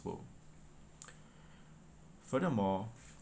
world furthermore